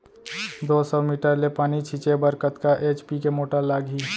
दो सौ मीटर ले पानी छिंचे बर कतका एच.पी के मोटर लागही?